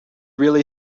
really